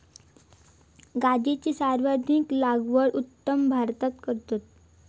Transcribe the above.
गांजाची सर्वाधिक लागवड उत्तर भारतात करतत